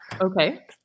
Okay